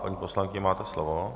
Paní poslankyně, máte slovo.